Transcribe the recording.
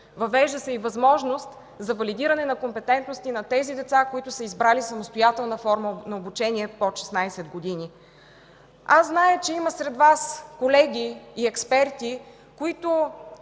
Въвежда се и възможност за валидиране на компетентности на деца, избрали самостоятелна форма на обучение под 16 години. Зная, че сред Вас има колеги и експерти, които